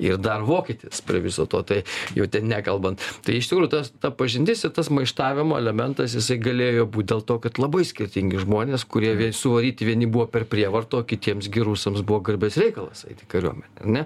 ir dar vokietis prie viso to tai jau nekalbant tai iš tikrųjų tas ta pažintis ir tas maištavimo elementas jisai galėjo būt dėl to kad labai skirtingi žmonės kurie vie suvaryti vieni buvo per prievartą o kitiems gi rusams buvo garbės reikalas eit į kariuomenę ar ne